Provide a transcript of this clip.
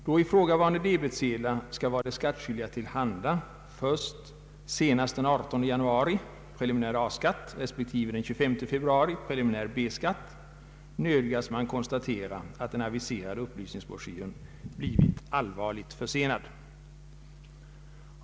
Då ifrågavarande debetsedlar skall vara de skattskyldiga till handa senast den 18 januari — preliminär A-skatt — respektive den 25 februari — preliminär B-skatt — nödgas man konstatera att den aviserade upplysningsbroschyren har blivit allvarligt försenad.